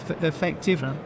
effective